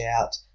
out